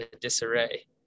disarray